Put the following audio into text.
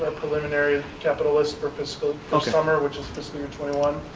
preliminary capitalists for fiscal customer, which is fiscal year twenty one.